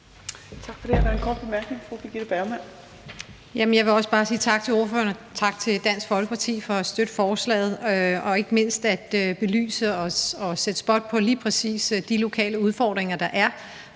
Bergman (KF): Jeg vil også bare sige tak til ordføreren og tak til Dansk Folkeparti for at støtte forslaget og ikke mindst for at belyse og sætte spot på lige præcis de lokale udfordringer, der er